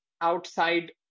outside